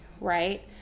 right